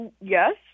Yes